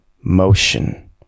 motion